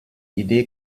idee